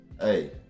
Hey